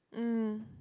mm